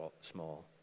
small